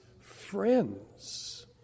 friends